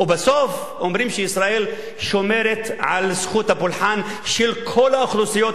ובסוף אומרים שישראל שומרת על זכות הפולחן של כל האוכלוסיות,